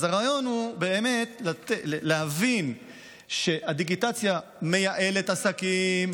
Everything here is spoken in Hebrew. אז הרעיון הוא באמת להבין שהדיגיטציה מייעלת עסקים,